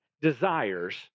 desires